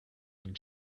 and